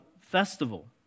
festival